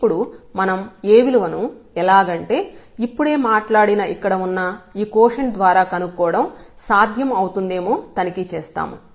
ఇప్పుడు మనం A విలువను ఎలాగంటే ఇప్పుడే మాట్లాడిన ఇక్కడ ఉన్న ఈ కోషెంట్ ద్వారా కనుక్కోవడం సాధ్యం అవుతుందేమో తనిఖీ చేస్తాము